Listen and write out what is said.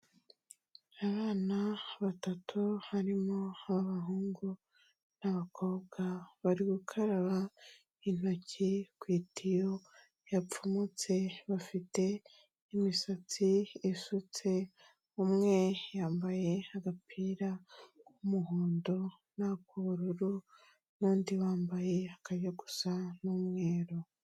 Abana batatu harimo abahungu n'abakobwa, bari gukaraba intoki ku itiyo yapfumutse, bafite imisatsi isutse, umwe yambaye agapira k'umuhondo n'ak'ubururu, n'undi wambaye akajya gusa n'umweru.